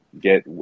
get